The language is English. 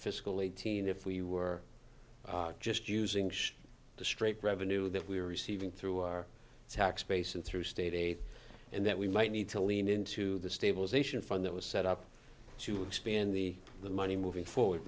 fiscal eighteen if we were just using the straight revenue that we are receiving through our tax base and through state aid and that we might need to lean into the stabilization fund that was set up to expand the the money moving forward